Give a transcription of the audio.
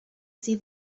see